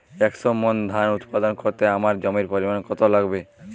একশো মন ধান উৎপাদন করতে জমির পরিমাণ কত লাগবে?